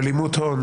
להלימות הון.